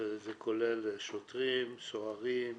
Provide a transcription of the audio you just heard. זה כולל שוטרים, סוהרים,